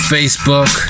Facebook